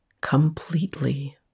completely